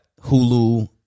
Hulu